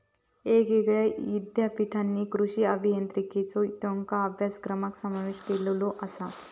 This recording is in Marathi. येगयेगळ्या ईद्यापीठांनी कृषी अभियांत्रिकेचो त्येंच्या अभ्यासक्रमात समावेश केलेलो आसा